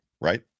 right